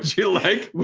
you like?